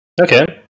okay